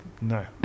no